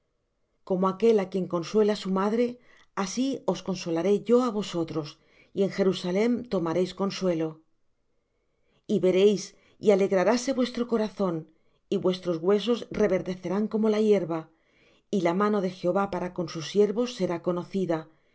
como aquel á quien consuela su madre así os consolaré yo á vosotros y en jerusalem tomaréis consuelo y veréis y alegraráse vuestro corazón y vuestros huesos reverdecerán como la hierba y la mano de jehová para con sus siervos será conocida